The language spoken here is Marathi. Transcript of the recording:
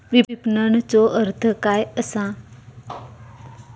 विपणनचो अर्थ काय असा?